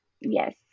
Yes